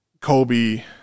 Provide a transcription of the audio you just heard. Kobe